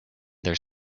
their